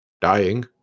dying